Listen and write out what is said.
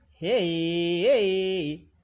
hey